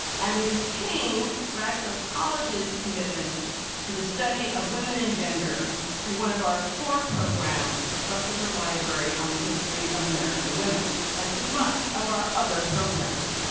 and we retain breadth of colleges' commitment to the study of women and gender through one of our core programs, the schlesinger library on the history of american women, and through much of our other programming.